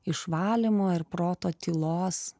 išvalymo ir proto tylos